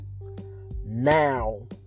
Now